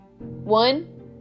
One